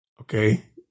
Okay